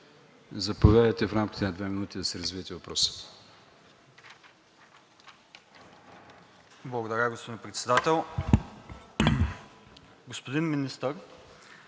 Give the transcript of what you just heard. Заповядайте в рамките на две минути да си развиете въпроса.